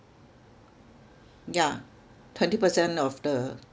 yeah twenty percent of the